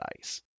ice